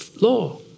law